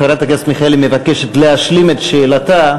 חברת הכנסת מיכאלי מבקשת להשלים את שאלתה,